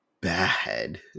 bad